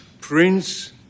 Prince